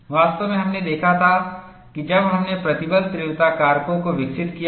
वास्तव में हमने देखा था कि जब हमने प्रतिबल तीव्रता कारकों को विकसित किया था